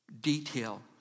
detail